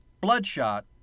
Bloodshot